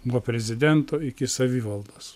nuo prezidento iki savivaldos